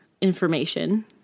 information